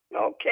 Okay